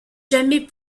jamais